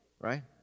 right